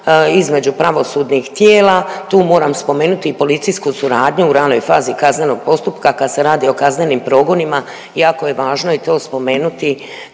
između pravosudnih tijela. Tu moram spomenuti i policijsku suradnju u ranoj fazi kaznenog postupka kad se radi o kaznenim progonima jako je važno i to spomenuti